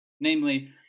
Namely